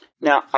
Now